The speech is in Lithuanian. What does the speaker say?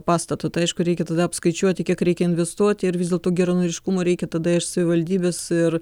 pastato tai aišku reikia tada apskaičiuoti kiek reikia investuoti ir vis dėlto geranoriškumo reikia tada iš savivaldybės ir